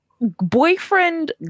boyfriend